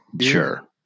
Sure